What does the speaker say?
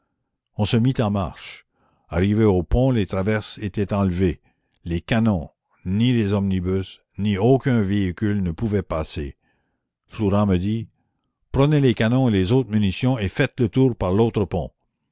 on se mit en marche arrivés au pont les traverses étaient enlevées les canons ni les omnibus ni aucun véhicule ne pouvaient passer flourens me dit prenez les canons et les autres munitions et faites le tour par l'autre pont